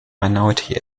minority